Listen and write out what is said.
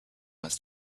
must